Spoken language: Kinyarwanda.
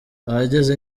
ahageze